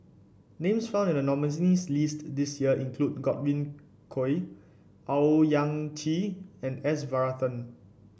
names found in the nominees list this year include Godwin Koay Owyang Chi and S Varathan